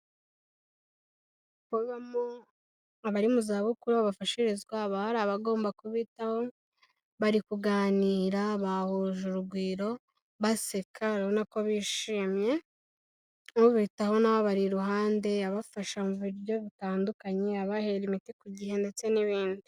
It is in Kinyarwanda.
Abari mu zabukuru aho bafashirizwa haba hari abagomba kubitaho bari kuganira bahuje urugwiro basekana, urabona ko bishimye, ubitaho nawe abari iruhande abafasha mu buryo butandukanye, abahera imiti ku gihe ndetse n'ibindi.